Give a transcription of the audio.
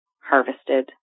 harvested